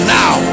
now